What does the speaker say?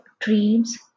dreams